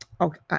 Okay